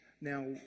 Now